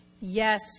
yes